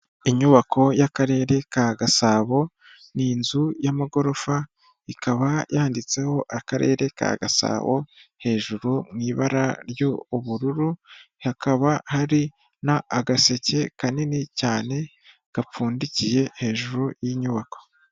Inyubako y'akarere ka gasabo, ni inzu y'amagorofa, ikaba yanditseho Akarere ka Gasabo hejuru mu ibara ry' ubururu, hakaba hari n'agaseke kanini cyane gapfundikiye hejuru y'inyubako.